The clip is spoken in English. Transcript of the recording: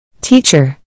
Teacher